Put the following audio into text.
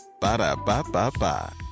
Ba-da-ba-ba-ba